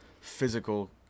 physical